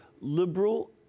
liberal